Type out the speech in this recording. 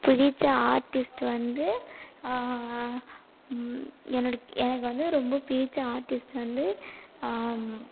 பிடித்த ஆர்டிஸ்ட் வந்து என்னுடைய எனக்கு வந்து ரொம்ப பிடித்த ஆர்டிஸ்ட் வந்து